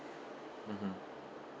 mmhmm